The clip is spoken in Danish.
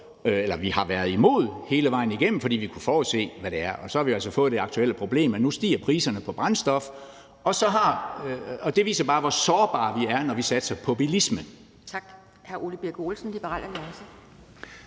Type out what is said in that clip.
vi har været imod hele vejen igennem, fordi vi kunne forudse det her. Og så har vi også fået det aktuelle problem, at nu stiger priserne på brændstof, og det viser bare, hvor sårbare vi er, når vi satser på bilisme. Kl.